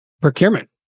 procurement